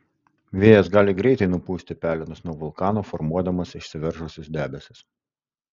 vėjas gali greitai nupūsti pelenus nuo vulkano formuodamas išsiveržusius debesis